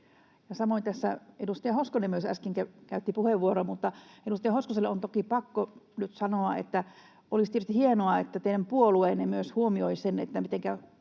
Samoin edustaja Hoskonen äsken käytti puheenvuoron, mutta edustaja Hoskoselle on toki pakko nyt sanoa, että olisi tietysti hienoa, että teidän puolueenne myös huomioisi sen,